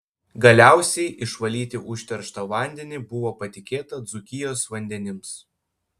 galiausiai išvalyti užterštą vandenį buvo patikėta dzūkijos vandenims